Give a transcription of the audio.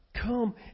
come